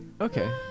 okay